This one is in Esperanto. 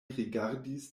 rigardis